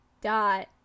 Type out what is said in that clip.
dot